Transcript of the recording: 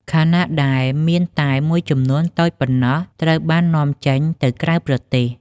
ខណៈដែលមានតែមួយចំនួនតូចប៉ុណ្ណោះត្រូវបាននាំចេញទៅក្រៅប្រទេស។